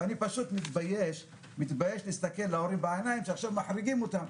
ואני פשוט מתבייש להסתכל להורים בעיניים כשעכשיו מחריגים אותם.